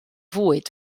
fwyd